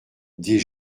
des